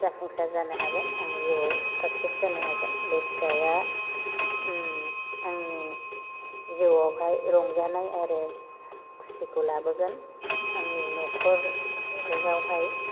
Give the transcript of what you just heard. जाफुंसार जानो हागोन आं जिउआव साकसेस जानो हागोन बे फिसाया आंनि जिउआवहाय रंजानाय आरो खुसिखौ लाबोगोन आंनि नखरावहाय